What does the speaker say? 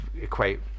equate